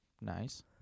Nice